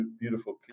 beautiful